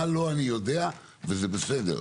מה לא אני יודע, וזה בסדר.